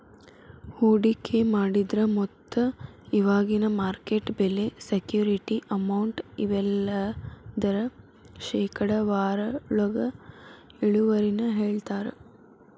ಹೂಡಿಕೆ ಮಾಡಿದ್ರ ಮೊತ್ತ ಇವಾಗಿನ ಮಾರ್ಕೆಟ್ ಬೆಲೆ ಸೆಕ್ಯೂರಿಟಿ ಅಮೌಂಟ್ ಇವೆಲ್ಲದರ ಶೇಕಡಾವಾರೊಳಗ ಇಳುವರಿನ ಹೇಳ್ತಾರಾ